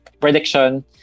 prediction